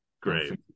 great